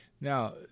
Now